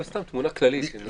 לא סתם, תמונה כללית.